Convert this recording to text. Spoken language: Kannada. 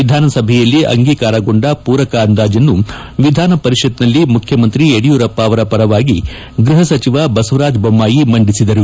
ವಿಧಾನಸಭೆಯಲ್ಲಿ ಅಂಗೀಕಾರಗೊಂಡ ಮೂರಕ ಅಂದಾಜನ್ನು ವಿಧಾನ ಪರಿಷತ್ನಲ್ಲಿ ಮುಖ್ಯಮಂತ್ರಿ ಯಡಿಯೂರಪ್ಪ ಅವರ ಪರವಾಗಿ ಗ್ಲಹ ಸಚಿವ ಬಸವರಾಜ ಬೊಮ್ನಾಯಿ ಮಂಡಿಸಿದರು